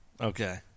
Okay